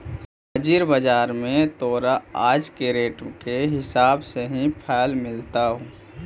हाजिर बाजार में तोरा आज के रेट के हिसाब से ही फल मिलतवऽ